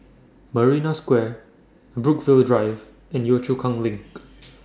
Marina Square Brookvale Drive and Yio Chu Kang LINK